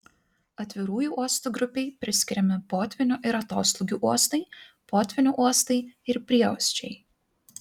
atvirųjų uostų grupei priskiriami potvynių ir atoslūgių uostai potvynių uostai ir prieuosčiai